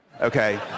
Okay